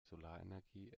solarenergie